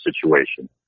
situation